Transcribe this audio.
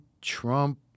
Trump